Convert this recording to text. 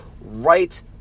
right